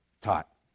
taught